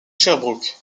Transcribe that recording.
sherbrooke